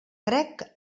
crec